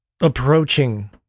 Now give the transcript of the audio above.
approaching